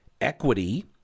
equity-